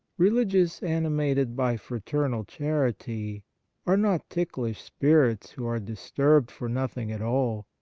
religious animated by fraternal charity are not ticklish spirits who are disturbed for nothing at all,